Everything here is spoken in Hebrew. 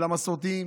של המסורתיים,